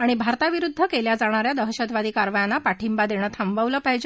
आणि भारताविरुद्ध केल्या जाणा या दहशतवादी कारवायांना पाठिंबा देणं थांबवावं